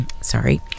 sorry